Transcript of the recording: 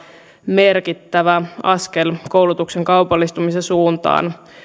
merkittävä askel koulutuksen kaupallistumisen suuntaan